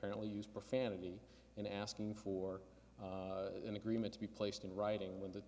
finally use profanity in asking for an agreement to be placed in writing when the